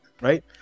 Right